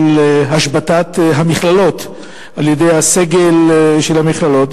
השבתת המכללות על-ידי הסגל של המכללות,